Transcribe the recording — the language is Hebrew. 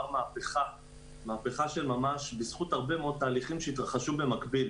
מהפיכה של ממש בזכות הרבה תהליכים התרחשו במקביל.